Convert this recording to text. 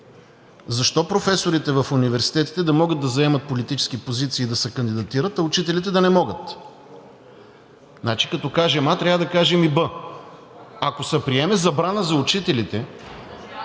Защо професорите в университетите да могат да заемат политически позиции и да се кандидатират, а учителите да не могат? Значи като кажем „А“, трябва да кажем и „Б“. Ако се приеме забрана за учителите…